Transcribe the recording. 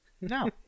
No